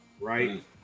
right